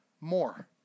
more